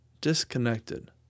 disconnected